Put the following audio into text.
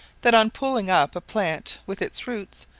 that on pulling up a plant with its roots,